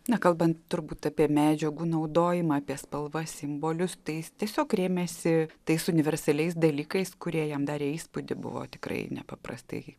nekalbant turbūt apie medžiagų naudojimą apie spalvą simbolius tai jis tiesiog rėmėsi tais universaliais dalykais kurie jam darė įspūdį buvo tikrai nepaprastai